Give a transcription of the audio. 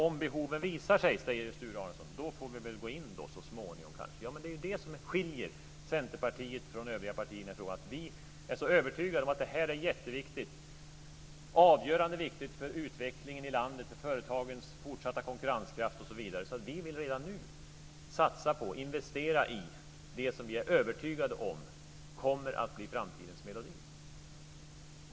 Om behoven visar sig, säger Sture Arnesson, får man kanske gå in så småningom. Det är det som skiljer Centerpartiet från övriga partier i den här frågan. Vi är så övertygade om att det här är avgörande viktigt för utvecklingen i landet, för företagens fortsatta konkurrenskraft osv. att vi redan nu vill satsa på och investera i det som vi är övertygade om kommer att bli framtidens melodi.